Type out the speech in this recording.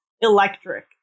electric